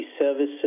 services